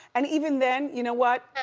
and even then, you know what,